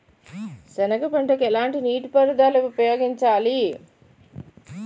సెనగ పంటకు ఎలాంటి నీటిపారుదల ఉపయోగించాలి?